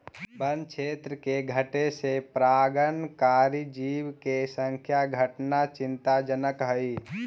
वन्य क्षेत्र के घटे से परागणकारी जीव के संख्या घटना चिंताजनक हइ